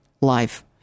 life